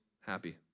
happy